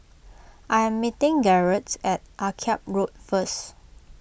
I am meeting Garett at Akyab Road first